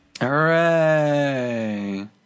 Hooray